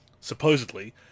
supposedly